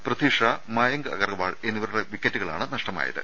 പൃഥ്വി ഷാ മായങ്ക് അഗർവാൾ എന്നിവരുടെ വിക്ക റ്റുകളാണ് നഷ്ടമായത്